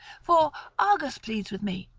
for argus pleads with me,